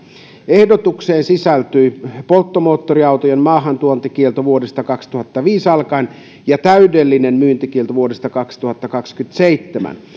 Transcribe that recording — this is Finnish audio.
ehdotukseen sisältyy polttomoottoriautojen maahantuontikielto vuodesta kaksituhattakaksikymmentäviisi alkaen ja täydellinen myyntikielto vuodesta kaksituhattakaksikymmentäseitsemän